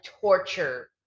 torture